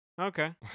Okay